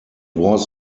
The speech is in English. was